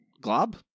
glob